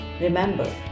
Remember